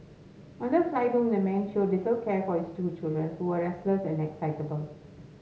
on the flight home the man showed little care for his two children who were restless and excitable